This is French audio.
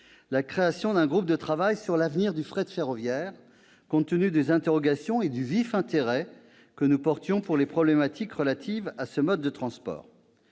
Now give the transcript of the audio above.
la création d'un groupe de travail sur l'avenir du fret ferroviaire, compte tenu de nos interrogations et du vif intérêt que nous portions aux problématiques relatives à ce mode de transport.